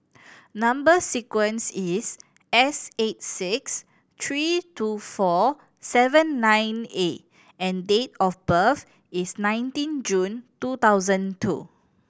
number sequence is S eight six three two four seven nine A and date of birth is nineteen June two thousand two